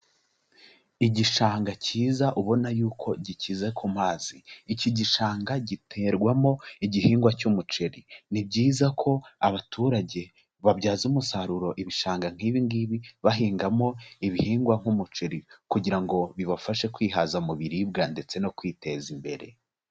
Igishanga cyiza ubona yuko gikize ku mazi, iki gishanga giterwamo igihingwa cy'umuceri. Ni byiza ko abaturage babyaza umusaruro ibishanga nk'ibi ngibi bahingamo ibihingwa nk'umuceri kugira ngo bibafashe kwihaza mu biribwa ndetse no kwiteza imbere.